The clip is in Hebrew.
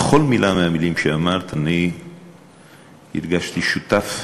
לכל מילה מהמילים שאמרת הרגשתי שותף,